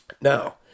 Now